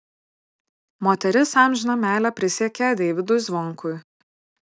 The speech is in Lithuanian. moteris amžiną meilę prisiekė deivydui zvonkui